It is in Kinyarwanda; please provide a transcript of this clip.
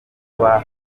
kuba